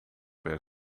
per